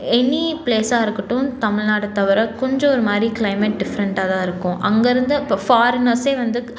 any பிளேஸாக இருக்கட்டும் தமிழ்நாடு தவிர கொஞ்சம் ஒருமாதிரி கிளைமேட் டிஃப்ரெண்டாகதான் இருக்கும் அங்கேருந்து இப்போ ஃபாரினர்ஸ் வந்து